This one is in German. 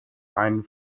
einen